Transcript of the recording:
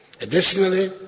Additionally